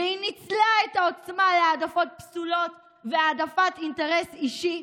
והיא ניצלה את העוצמה להעדפות פסולות ולהעדפת אינטרס אישי.